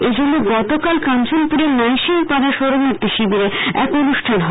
এজন্য গতকাল কাঞ্চনপুরের নাইসিং পাডা শরনার্থী শিবিরে এক অনুষ্ঠান হয়